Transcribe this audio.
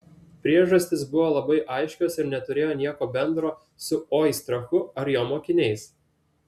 priežastys buvo labai aiškios ir neturėjo nieko bendro su oistrachu ar jo mokiniais